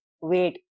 wait